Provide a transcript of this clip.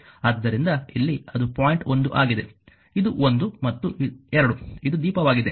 ಆದ್ದರಿಂದ ಇಲ್ಲಿ ಅದು ಪಾಯಿಂಟ್ 1 ಆಗಿದೆ ಇದು 1 ಮತ್ತು 2 ಇದು ದೀಪವಾಗಿದೆ